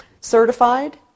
certified